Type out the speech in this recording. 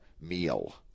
meal